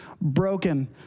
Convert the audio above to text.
broken